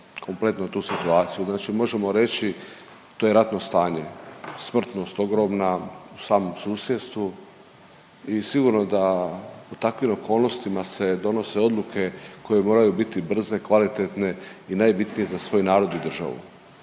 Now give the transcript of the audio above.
kompletno tu situaciju, znači možemo reći to je ratno stanje, smrtnost ogromna u samom susjedstvu i sigurno da u takvim okolnostima se donose odluke koje moraju biti brze, kvalitetne i najbitnije za svoj narod i državu.